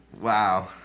Wow